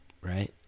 Right